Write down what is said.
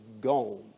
gone